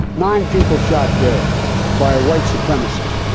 nine people shot dead by a white supremacist.